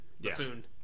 buffoon